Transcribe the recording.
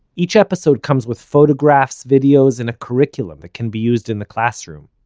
each episode comes with photographs, videos, and a curriculum that can be used in the classroom.